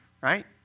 right